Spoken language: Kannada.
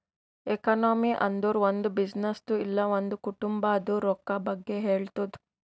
ಎಕನಾಮಿ ಅಂದುರ್ ಒಂದ್ ಬಿಸಿನ್ನೆಸ್ದು ಇಲ್ಲ ಒಂದ್ ಕುಟುಂಬಾದ್ ರೊಕ್ಕಾ ಬಗ್ಗೆ ಹೇಳ್ತುದ್